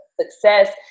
Success